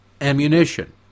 ammunition